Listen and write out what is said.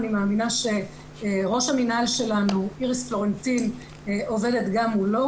אני מאמינה שראש המינהל שלנו איריס פלורנטין עובדת גם מולו,